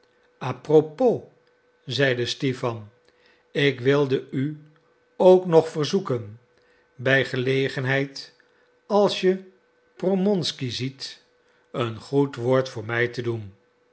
a propos zeide stipan ik wilde u ook nog verzoeken bij gelegenheid als je promonsky ziet een goed woord voor mij te doen